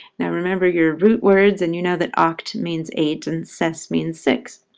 now remember your root words, and you know that oct means eight and ses means six.